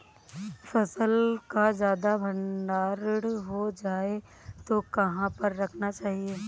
फसल का ज्यादा भंडारण हो जाए तो कहाँ पर रखना चाहिए?